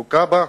שזקוק לה,